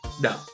No